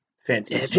Fancy